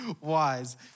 wise